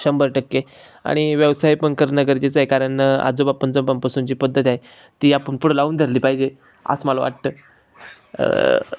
शंभर टक्के आणि व्यवसाय पण करणं गरजेचं आहे कारण आजोबा पणजोबांपासूनची पद्धत आहे ती आपण पुढे लावून धरली पाहिजे असं मला वाटतं